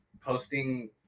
posting